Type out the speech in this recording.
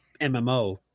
MMO